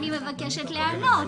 אבל אני מבקשת לענות.